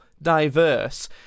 diverse